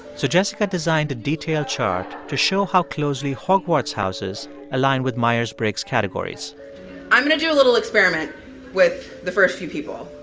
so jessica designed a detailed chart to show how closely hogwarts houses align with myers-briggs categories i'm going to do a little experiment with the first few people.